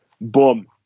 boom